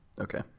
Okay